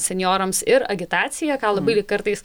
senjorams ir agitacija ką labai kartais